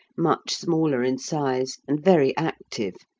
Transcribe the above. much smaller in size, and very active,